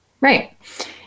Right